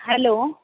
hello